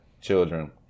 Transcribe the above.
children